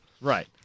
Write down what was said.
Right